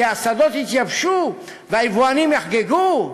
כי השדות יתייבשו והיבואנים יחגגו?